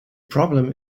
problem